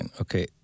Okay